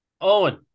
Owen